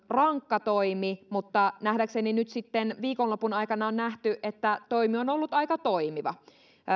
rankka toimi mutta nähdäkseni nyt sitten viikonlopun aikana on nähty että toimi on ollut aika toimiva